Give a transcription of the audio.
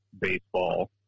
baseball